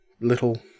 little